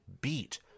beat